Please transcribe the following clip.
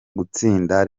gutsinda